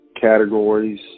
categories